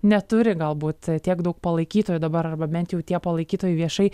neturi galbūt tiek daug palaikytojų dabar arba bent jau tie palaikytojai viešai